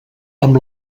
amb